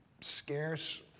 scarce